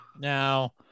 Now